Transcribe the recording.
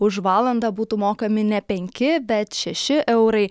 už valandą būtų mokami ne penki bet šeši eurai